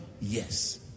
Yes